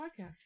podcast